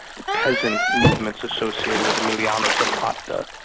the peasant movements associated with emiliano zapata,